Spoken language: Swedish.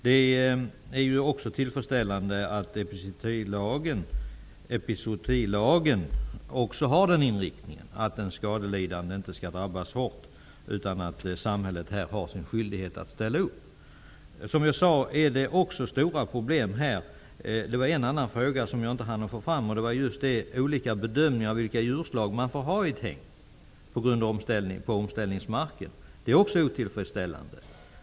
Det är också tillfredsställande att epizootilagen har inriktningen att den skadelidande inte skall drabbas hårt utan att samhället har en skyldighet att ställa upp. Det finns en annan fråga som jag inte har hunnit med. Det gäller frågan om att det finns olika bedömningar av vilka djur som skall få finnas i ett hägn på omställningsmark. Det är otillfredsställande.